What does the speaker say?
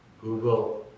Google